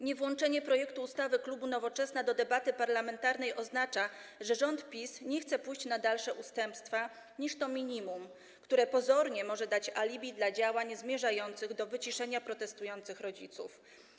Niewłączenie projektu ustawy klubu Nowoczesna do debaty parlamentarnej oznacza, że rząd PiS nie chce pójść na dalsze ustępstwa niż to minimum, które pozornie może dać alibi dla działań zmierzających do wyciszenia protestujących rodziców.